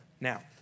Now